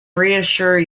reassure